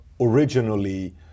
originally